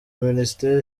minisiteri